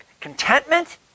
contentment